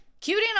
Cutie